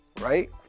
Right